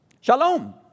shalom